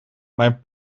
mijn